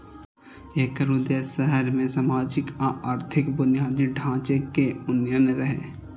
एकर उद्देश्य शहर मे सामाजिक आ आर्थिक बुनियादी ढांचे के उन्नयन रहै